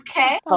okay